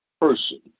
person